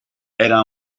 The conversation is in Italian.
era